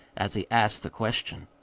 as he asked the question.